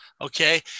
Okay